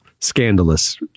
scandalous